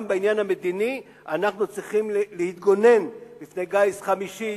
גם בעניין המדיני אנחנו צריכים להתגונן בפני גיס חמישי,